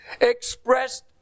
expressed